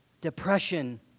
depression